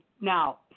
Now